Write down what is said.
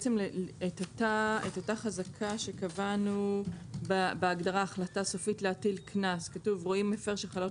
את אותה חזקה שקבענו בהגדרה החלטה סופית להטיל קנס "רואים מפר שחלות